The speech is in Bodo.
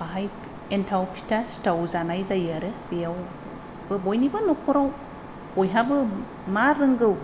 बाहाय एन्थाब फिथा सिथाव जानाय जायो आरो बेयावबो बयनिबो नखराव बयहाबो मा रोंगौ